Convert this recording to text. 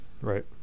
right